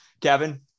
Kevin